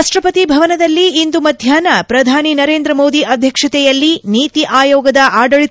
ರಾಷ್ಷಪತಿ ಭವನದಲ್ಲಿಂದು ಮಧ್ಯಾಪ್ನ ಪ್ರಧಾನಿ ನರೇಂದ್ರ ಮೋದಿ ಅಧ್ಯಕ್ಷತೆಯಲ್ಲಿ ನೀತಿ ಆಯೋಗದ ಆಡಳಿತ